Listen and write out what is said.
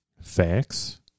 Facts